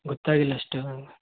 ಗೊತ್ತಾಗಿಲ್ಲ ಅಷ್ಟು